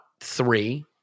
three